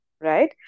right